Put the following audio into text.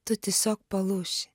tu tiesiog palūši